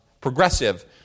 progressive